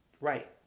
right